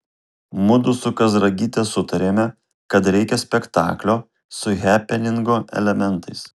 mudu su kazragyte sutarėme kad reikia spektaklio su hepeningo elementais